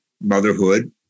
motherhood